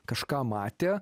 kažką matė